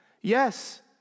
Yes